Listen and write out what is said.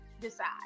decide